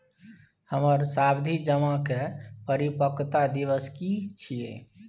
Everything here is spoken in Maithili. हमर सावधि जमा के परिपक्वता दिवस की छियै?